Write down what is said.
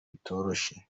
bitoroshye